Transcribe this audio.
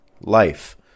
life